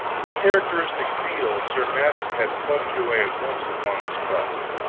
with characteristic zeal sir madok had plunged away at once upon this quest,